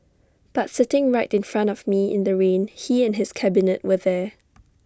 but sitting right in front of me in the rain he and his cabinet were there